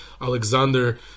Alexander